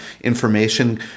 information